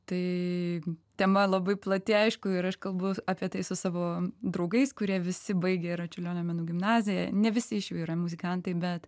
tai tema labai plati aišku ir aš kalbu apie tai su savo draugais kurie visi baigę yra čiurlionio menų gimnaziją ne visi iš jų yra muzikantai bet